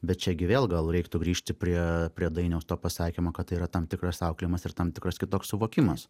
bet čia gi vėl gal reiktų grįžti prie prie dainiaus to pasakymo kad tai yra tam tikras auklėjimas ir tam tikras kitoks suvokimas